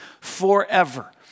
forever